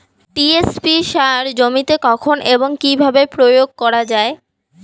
TSP সার জমিতে কখন এবং কিভাবে প্রয়োগ করা য়ায়?